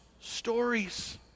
stories